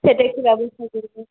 সেটা একটু ব্যবস্থা করবেন